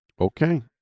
Okay